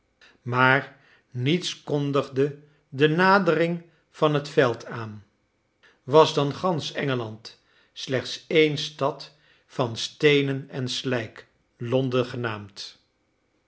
maar niets kondigde de nadering van het veld aan was dan gansch engeland slechts één stad van steenen en slijk londen genaamd